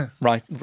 right